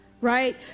Right